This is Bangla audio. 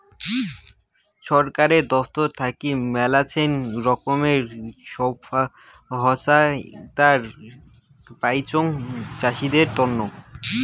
ছরকারের তরফ থাকি মেলাছেন রকমের সহায়তায় পাইচুং চাষীদের তন্ন